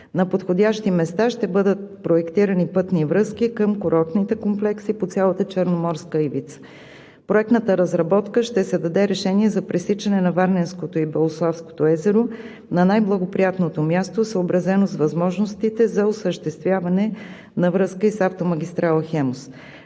На подходящи места ще бъдат проектирани пътни връзки към курортните комплекси по цялата черноморска ивица. В проектната разработка ще се даде решение за пресичане на Варненското и Белославското езеро на най благоприятното място, съобразено с възможностите за осъществяване на връзки с автомагистрала „Хемус“.